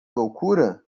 loucura